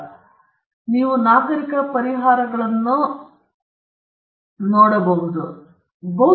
ನೀವು ನಾಗರಿಕ ಪರಿಹಾರಗಳನ್ನು ಅತಿಕ್ರಮಿಸಲು ಸಾಧ್ಯವಿದೆ ನೀವು ಅಪರಾಧ ಪರಿಹಾರಗಳನ್ನು ಅತಿಕ್ರಮಿಸಲು ಸಾಧ್ಯವಿದೆ